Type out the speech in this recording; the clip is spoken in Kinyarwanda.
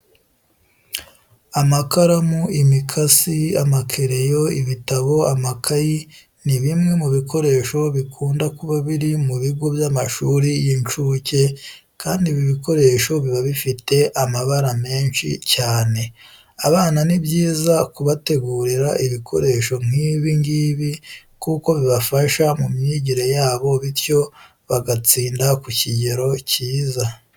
Amakaramu, imikasi, amakereyo, ibitabo, amakayi ni bimwe mu bikoresho kibunda kuba biri mu bigo by'amashuri y'inshuke kandi ibi bikoresho biba bifite amabara menshi cyane. Abana ni byiza kubategurira ibikoresho nk'ibi ngibi kuko bibafasha mu myigire yabo bityo bagatsinda ku kigero kiza.